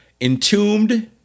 entombed